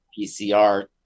PCR